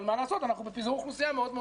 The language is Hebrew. אבל מה לעשות שאנחנו בפיזור אוכלוסייה מאוד-מאוד